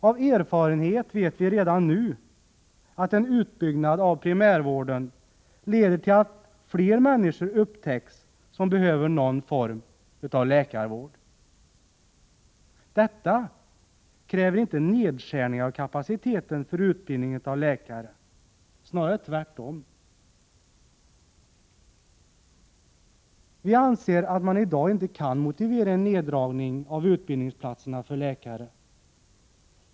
Av erfarenhet vet vi redan nu att en utbyggnad av primärvården leder till att fler människor upptäcks som behöver någon form av läkarvård. Detta kräver inte en nedskärning av kapaciteten för utbildning av läkare, snarare tvärtom. Vi anser att man i dag inte kan motivera en neddragning av utbildningsplatserna för blivande läkare.